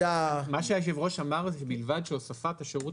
היושב-ראש אמר: "ובלבד שהוספת השירות